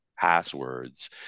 passwords